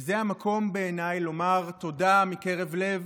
וזה המקום בעיניי לומר תודה מקרב לב